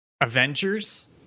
Avengers